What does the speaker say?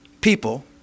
people